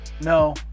no